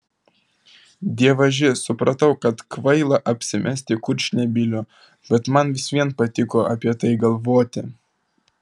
dievaži supratau kad kvaila apsimesti kurčnebyliu bet man vis vien patiko apie tai galvoti